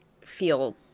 feel –